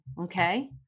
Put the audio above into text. okay